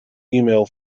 email